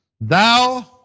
Thou